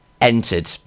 entered